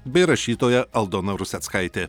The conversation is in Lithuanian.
bei rašytoja aldona ruseckaitė